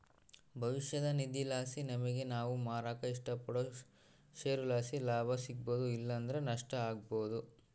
ಭವಿಷ್ಯದ ನಿಧಿಲಾಸಿ ನಮಿಗೆ ನಾವು ಮಾರಾಕ ಇಷ್ಟಪಡೋ ಷೇರುಲಾಸಿ ಲಾಭ ಸಿಗ್ಬೋದು ಇಲ್ಲಂದ್ರ ನಷ್ಟ ಆಬೋದು